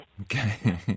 Okay